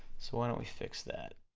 so why don't we fix that?